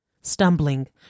Stumbling